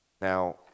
Now